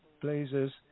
Blazers